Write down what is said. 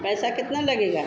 पैसा कितना लगेगा